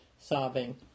sobbing